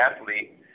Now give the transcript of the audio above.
athlete